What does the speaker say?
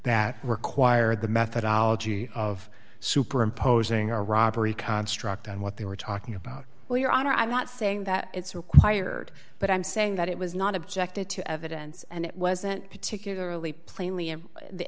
that required the methodology of superimposing a robbery construct and what they were talking about well your honor i'm not saying that it's required but i'm saying that it was not objected to evidence and it wasn't particularly plainly in the